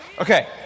Okay